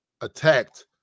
attacked